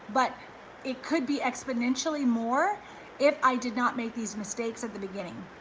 but it could be exponentially more if i did not make these mistakes at the beginning.